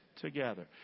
together